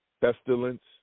pestilence